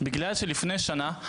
בגלל שלפני שנה,